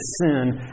sin